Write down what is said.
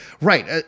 right